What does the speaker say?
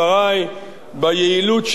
ביעילות של הצעד הזה.